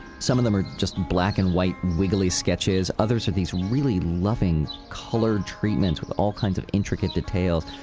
some of them are just black and white wiggly sketches, others are these really loving color treatments with all kinds of intricate details.